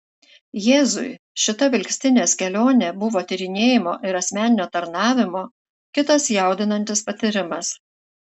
jėzui šita vilkstinės kelionė buvo tyrinėjimo ir asmeninio tarnavimo kitas jaudinantis patyrimas